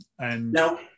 no